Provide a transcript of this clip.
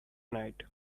night